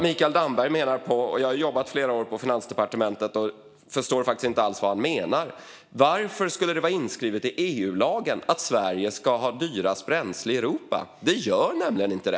Jag har jobbat flera år på Finansdepartementet och förstår faktiskt inte alls vad Mikael Damberg menar. Varför skulle det vara inskrivet i EU-lagen att Sverige ska ha dyrast bränsle i Europa? Det är det nämligen inte.